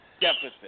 deficit